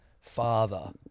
Father